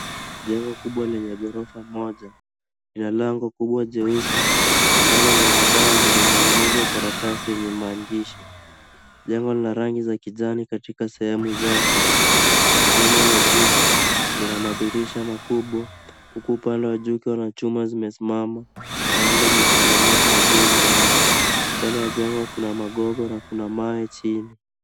Jengo kubwa lenye ghorofa moja ni ya lango kubwa jeusi ambalo linaonekana limeninginizwa karatasi yenye maandishi. Jengo lina rangi za kijani katika sehemu zake. Jengo la juu lina madirisha makubwa huku upande wa juu zikiwa na chuma zimesimama na anga ni ya samawati na jua imengaa. Mbele ya jengo kuna magogo na kuna mawe chini.